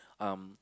um